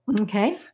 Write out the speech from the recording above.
Okay